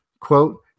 Quote